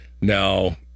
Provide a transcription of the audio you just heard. Now